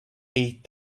eight